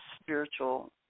spiritual